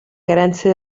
carenze